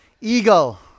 Eagle